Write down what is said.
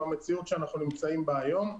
במציאות שאנחנו נמצאים בה היום,